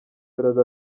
melody